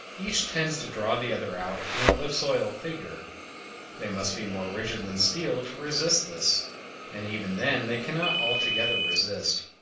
each tends to draw the other out into ellipsoidal figure they must be more rigid than steel to resist this and even then they cannot altogether resist.